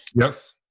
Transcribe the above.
Yes